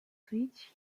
switch